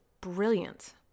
brilliant